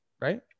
right